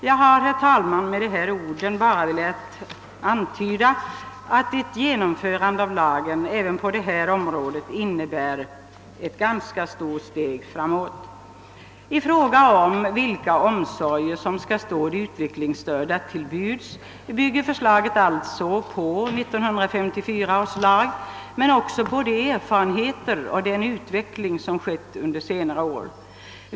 Jag har, herr talman, med dessa ord velat antyda att ett genomförande av lagen även på detta område innebär ett ganska stort steg framåt. I fråga om vilka omsorger som skall stå de utvecklingsstörda till buds bygger förslaget alltså på 1954 års lag men också på de erfarenheter vi haft och 1en utveckling som skett under senare år.